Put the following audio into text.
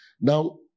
Now